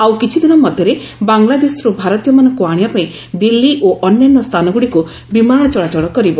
ଆଉ କିଛିଦିନ ମଧ୍ୟରେ ବାଂଲାଦେଶରୁ ଭାରତୀୟମାନଙ୍କୁ ଆଣିବା ପାଇଁ ଦିଲ୍ଲୀ ଓ ଅନ୍ୟାନ୍ୟ ସ୍ଥାନଗୁଡ଼ିକୁ ବିମାନ ଚଳାଚଳ କରିବ